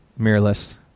mirrorless